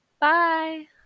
Bye